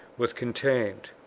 was contained.